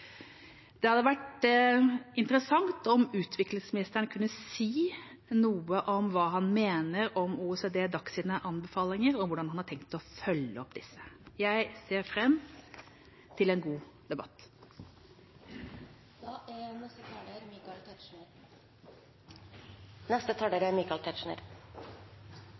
Det hadde vært interessant om utviklingsministeren kunne si noe om hva han mener om OECD og DACs anbefalinger, og hvordan han har tenkt å følge opp disse. Jeg ser fram til en god debatt. Det er